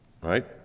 right